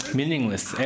meaningless